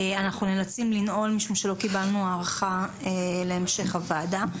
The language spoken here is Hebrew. אנחנו נאלצים לנעול משום שלא קיבלנו הארכה להמשך הוועדה.